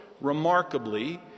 Remarkably